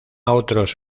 otros